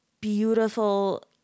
beautiful